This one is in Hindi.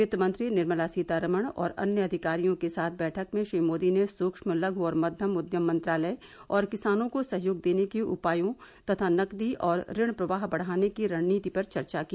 वित्त मंत्री निर्मला सीतारामन और अन्य अधिकारियों के साथ बैठक में श्री मोदी ने सुक्ष्म लघ् और मध्यम उद्यम मंत्रालय और किसानों को सहयोग देने के उपायों तथा नकदी और ऋण प्रवाह बढाने की रणनीति पर चर्चा की